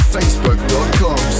Facebook.com